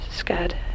Scared